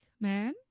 man